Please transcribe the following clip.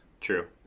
True